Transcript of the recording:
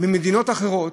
במדינות אחרות,